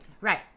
right